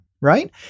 right